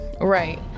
right